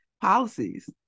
policies